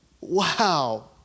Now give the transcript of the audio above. Wow